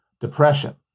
depression